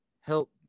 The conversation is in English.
help